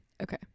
Okay